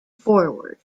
forward